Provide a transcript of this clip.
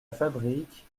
fabrique